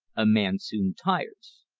a man soon tires.